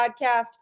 podcast